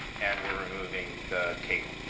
and we're removing the kagle.